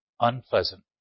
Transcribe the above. unpleasant